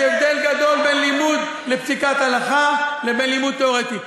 יש הבדל גדול בין לימוד לפסיקת הלכה לבין לימוד תיאורטי.